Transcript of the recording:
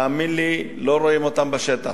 תאמין לי, לא רואים אותם בשטח.